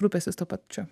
rūpestis tuo pačiu